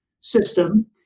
system